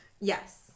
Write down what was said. Yes